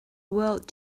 world